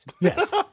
Yes